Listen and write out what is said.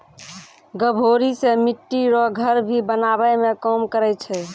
गभोरी से मिट्टी रो घर भी बनाबै मे काम करै छै